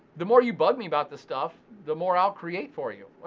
the more you bug me about this stuff, the more i'll create for you.